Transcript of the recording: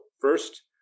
first